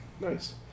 Nice